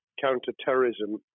counter-terrorism